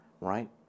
Right